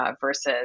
versus